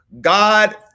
God